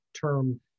term